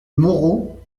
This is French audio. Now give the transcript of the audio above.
moreau